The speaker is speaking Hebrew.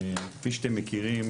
כפי שאתם מכירים,